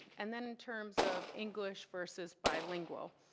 and then in terms of english versus bilingual.